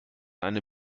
eine